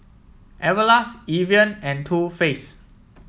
Everlast Evian and Too Face